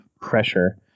pressure